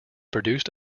produced